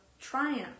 triumph